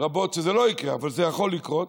רבות שזה לא יקרה, אבל זה יכול לקרות,